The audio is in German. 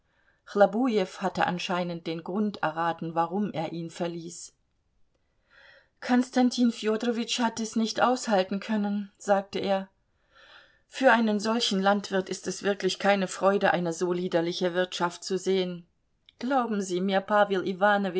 chlobujew hatte anscheinend den grund erraten warum er ihn verließ konstantin fjodorowitsch hat es nicht aushalten können sagte er für einen solchen landwirt ist es wirklich keine freude eine so liederliche wirtschaft zu sehen glauben sie mir